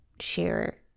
share